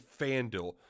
FanDuel